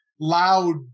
loud